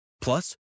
Plus